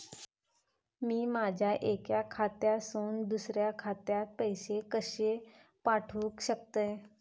मी माझ्या एक्या खात्यासून दुसऱ्या खात्यात पैसे कशे पाठउक शकतय?